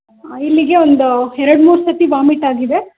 ಇಲ್ಲಿಗೆ ಒಂದು ಎರಡು ಮೂರು ಸರ್ತಿ ವಾಮಿಟಾಗಿದೆ